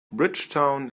bridgetown